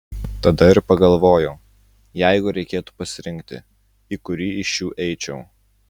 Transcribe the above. tada ir pagalvojau jeigu reikėtų pasirinkti į kurį iš šių eičiau